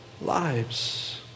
lives